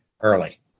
early